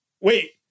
wait